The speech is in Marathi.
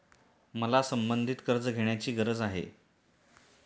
मला संबंधित कर्ज घेण्याची गरज आहे